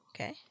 Okay